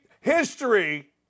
history